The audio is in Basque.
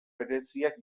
bereziak